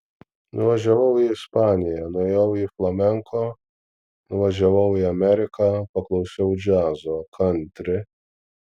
nuvažiavau į ispaniją nuėjau į flamenko nuvažiavau į ameriką paklausiau džiazo kantri